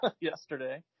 yesterday